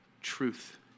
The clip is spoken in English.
truth